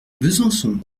besançon